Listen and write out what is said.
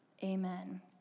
amen